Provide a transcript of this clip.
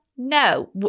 No